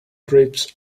drifts